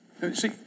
See